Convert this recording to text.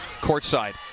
courtside